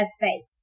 Faith